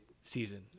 season